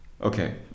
Okay